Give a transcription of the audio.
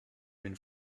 been